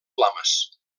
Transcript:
flames